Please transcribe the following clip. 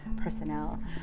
personnel